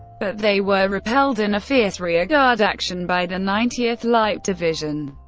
but they were repelled in a fierce rearguard action by the ninetieth light division.